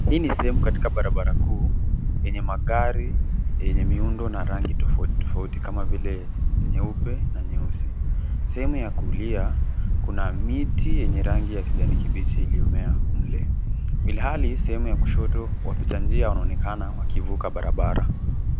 hii ni sehemu katika barabara kuu yenye magari, yenye miundo na rangi tofauti tofauti kama vile nyeupe na nyeusi. Sehemu ya kulia, kuna miti yenye rangi ya kijani kibichi iliyomea mle. Ilhali sehemu ya kushoto, wapita njia wanaonekana wakivuka barabara.